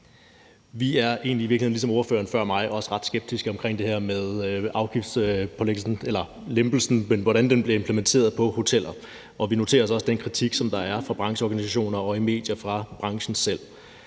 i virkeligheden, ligesom ordføreren før mig også sagde det, ret skeptiske omkring det her med afgiftslempelsen, altså hvordan den bliver implementeret på hoteller, og vi noterer os også den kritik, som der er fra brancheorganisationerne, i medierne og fra branchen selv.